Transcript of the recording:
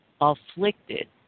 afflicted